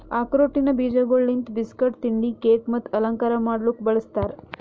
ಆಕ್ರೋಟಿನ ಬೀಜಗೊಳ್ ಲಿಂತ್ ಬಿಸ್ಕಟ್, ತಿಂಡಿ, ಕೇಕ್ ಮತ್ತ ಅಲಂಕಾರ ಮಾಡ್ಲುಕ್ ಬಳ್ಸತಾರ್